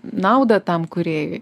naudą tam kūrėjui